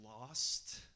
lost